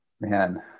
Man